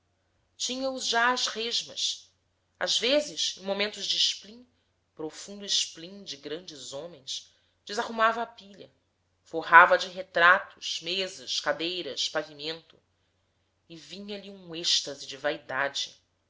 casa tinha-os já às resmas às vezes em momentos de esplim profundo esplim de grandes homens desarrumava a pilha forrava de retratos mesas cadeiras pavimento e vinha-lhe um êxtase de vaidade